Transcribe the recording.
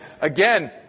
again